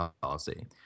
policy